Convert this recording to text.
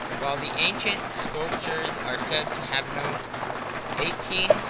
while the ancient sculptors are said to have known eighteen